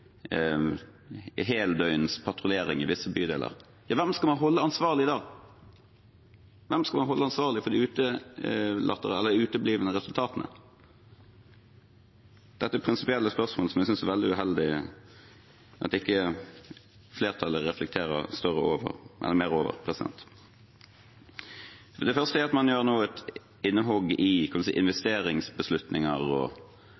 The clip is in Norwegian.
heldøgns patruljering i visse bydeler, hvem skal man holde ansvarlig da? Hvem skal man holde ansvarlig for de uteblitte resultatene? Dette er prinsipielle spørsmål som jeg synes det er veldig uheldig at ikke flertallet reflekterer mer over. Nå gjør man for det første et innhogg i investeringsbeslutninger og den typen lokaliseringsspørsmål i